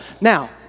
Now